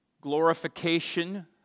Glorification